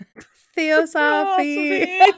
Theosophy